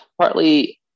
Partly